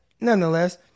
nonetheless